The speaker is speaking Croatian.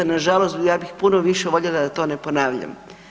Nažalost ja bih puno više voljela da to ne ponavljam.